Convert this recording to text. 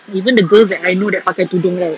even the girls that I know that pakai tudung kan right